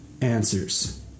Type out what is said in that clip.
answers